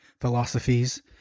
philosophies